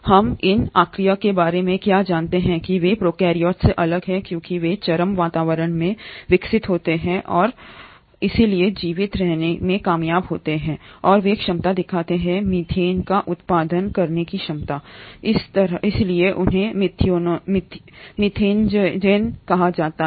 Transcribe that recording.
हम इन आर्किया के बारे में क्या जानते हैं कि वे प्रोकैरियोट्स से अलग हैं क्योंकि वे चरम वातावरण में विकसित होते हैं और इसलिए जीवित रहने में कामयाब होते हैं और वे क्षमता दिखाते हैं मीथेन का उत्पादन करने की क्षमता की तरह इसलिए उन्हें मीथेनजेन कहा जाता है